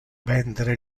vendere